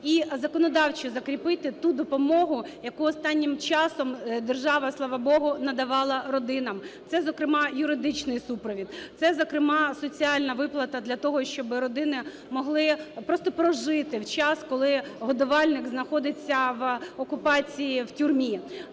і законодавчо закріпити ту допомогу, яку останнім часом держава, слава Богу, надавала родинам. Це, зокрема, юридичний супровід. Це, зокрема, соціальна виплата для того, щоби родини могли просто прожити в час, коли годувальник знаходиться в окупації, в тюрмі.